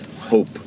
hope